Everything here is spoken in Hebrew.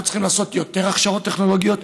אנחנו צריכים לעשות יותר הכשרות טכנולוגיות,